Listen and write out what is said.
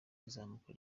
izamuka